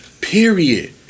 Period